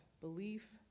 Belief